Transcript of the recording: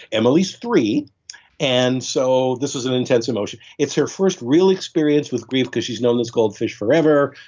emily's three and so this was an intense emotion. it's her first real experience with grief because she's known this goldfish forever.